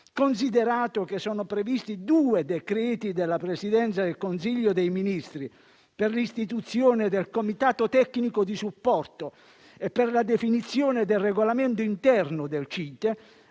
misure e che sono previsti due decreti della Presidenza del Consiglio dei ministri per l'istituzione del comitato tecnico di supporto e la definizione del regolamento interno del CITE.